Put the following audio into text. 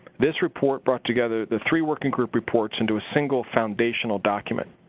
this report brought together the three working group reports into a single foundational document.